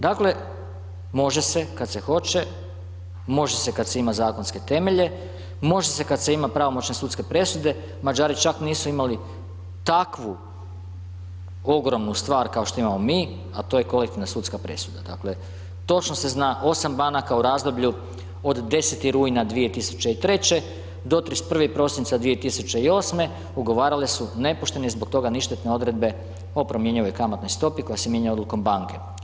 Dakle, može se kad se hoće, može se kad se ima zakonske temelje, može se kad se ima pravomoćne sudske presude, Mađari čak nisu imali takvu ogromnu stvar kao što imamo mi, a to je kolektivna sudska presuda, dakle točno se zna 8 banaka u razdoblju od 10. rujna 2003. do 31. prosinca 2008. ugovarale su nepoštene i zbog toga ništetne odredbe o promjenjivoj kamatnoj stopi koja se mijenja odlukom banke.